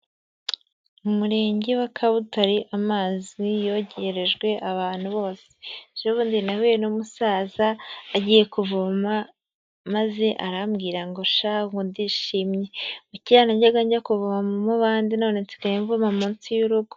Mu Murenge wa Kabutare, amazi yegerejwe abantu bose. Ejo bundi nahuye n'umusaza agiye kuvoma, maze arambwira ngo shahu, ndishimye, ngo kera najyaga njya kuvoma mubande, none nsigaye mvoma munsi y'urugo.